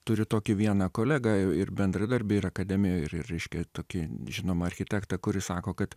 turiu tokį vieną kolegą ir bendradarbį ir akademijoj ir reiškia tokį žinomą architektą kuris sako kad